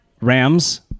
Rams